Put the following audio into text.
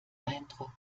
eindruck